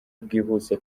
bwihuse